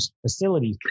facility